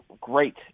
great